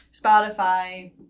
Spotify